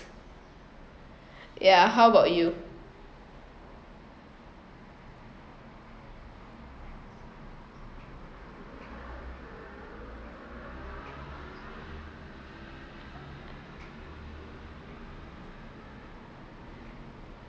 yeah how about you